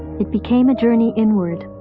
it became a journey inward,